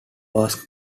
asked